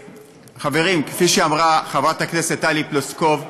חברים, כפי שאמרה חברת הכנסת טלי פלוסקוב,